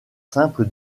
simple